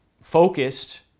focused